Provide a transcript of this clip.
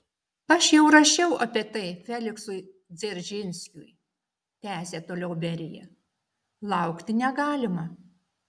aš jau rašiau apie tai feliksui dzeržinskiui tęsė toliau berija laukti negalima